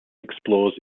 explores